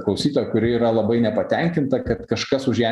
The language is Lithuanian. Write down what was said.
klausytoją kuri yra labai nepatenkinta kad kažkas už ją